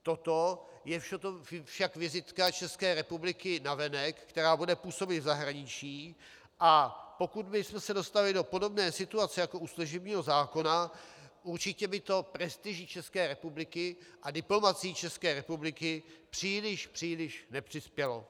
Toto je však vizitka České republiky navenek, která bude působit v zahraničí, a pokud bychom se dostali do podobné situace jako u služebního zákona, určitě by to prestiži České republiky a diplomacii České republiky příliš, příliš neprospělo.